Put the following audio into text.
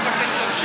זה מה שהוא אמר.